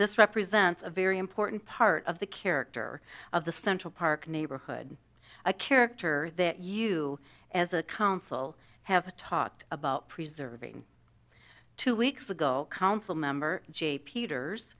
this represents a very important part of the character of the central park neighborhood a character that you as a council have talked about preserving two weeks ago council member jay peters